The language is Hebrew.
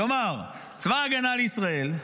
כלומר, צבא ההגנה לישראל,